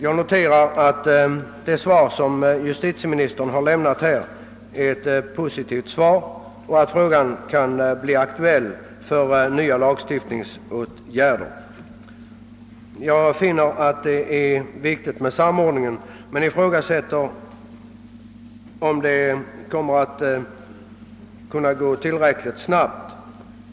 Jag noterar nu att det svar justitieministern lämnat är positivt och att frågan om förarplatsskydd kan bli föremål för nya lagstiftningsåtgärder. Jag noterar också att det visserligen är viktigt med samordning på detta område men ifrågasätter om handläggningen då kan gå tillräckligt snabbt.